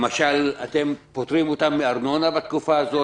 למשל, אותם פוטרים אותם מארנונה בתקופה הזאת?